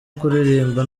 kuririmba